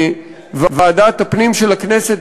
בוועדת הפנים של הכנסת,